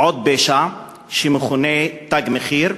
עוד פשע שמכונה "תג מחיר",